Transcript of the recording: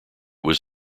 was